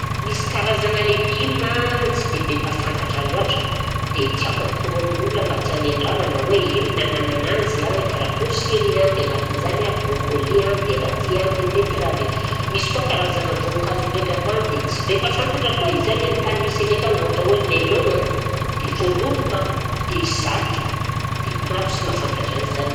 Misy karazagna legioma tsy dia be mpahafantatra loatra dia tiako atoro amin'olona mba tiany andramana hoe ino nanana ananzy a, karakory sirony a, dia agnatin'izany a broncoli a, dia radis a, dia betiravy, misy koa karazagna voankazo ndraika koa dia sy be mpahafantatra koa izy zany amin'ny tany misy anay akagny ohatra hoe melon-gna dia voaloboka a dia zaty, dia maro sy mahafantatra an'izany.